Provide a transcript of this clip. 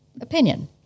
opinion